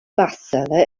bestseller